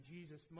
Jesus